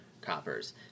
coppers